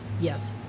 Yes